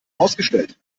ausgestellt